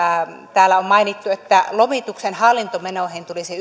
täällä on mainittu että lomituksen hallintomenoihin tulisi